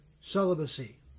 celibacy